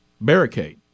barricade